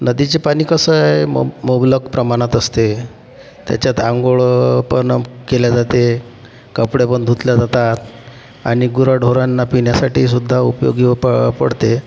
नदीचे पाणी कसं आहे मोब मुबलक प्रमाणात असते त्याच्यात आंघोळ पण केली जाते कपडे पण धुतले जातात आणि गुराढोरांना पिण्यासाठी सुद्धा उपयोगी पड पडते